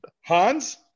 Hans